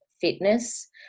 fitness